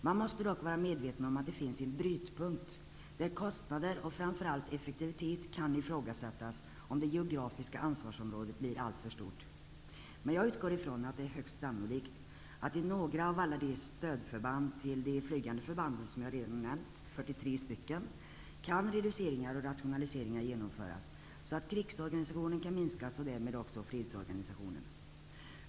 Man måste dock vara medveten om att det finns en brytpunkt där kostnader och, framför allt, effektivitet kan ifrågasättas om det geografiska ansvarsområdet blir alltför stort. Jag utgår ifrån att det är högst sannolikt att i några av alla de stödförband till de flygande förbanden som jag redan nämnt -- 43 stycken -- kan reduceringar och rationaliseringar genomföras så att krigsorganisationen och därmed också fredsorganisationen kan minskas.